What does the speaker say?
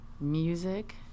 music